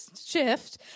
shift